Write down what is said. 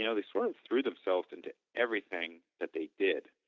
you know they sort of threw themselves into everything that they did.